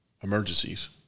emergencies